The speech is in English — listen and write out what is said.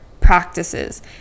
practices